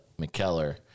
McKellar